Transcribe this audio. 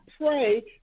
pray